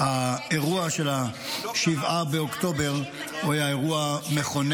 האירוע של 7 באוקטובר היה אירוע מכונן,